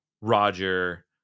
Roger